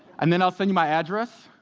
and then i'll send you my address,